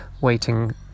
Waiting